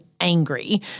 angry